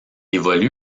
évolue